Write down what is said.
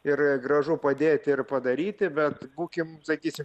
ir gražu padėti ir padaryti bet būkim sakysim